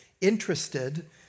interested